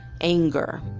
anger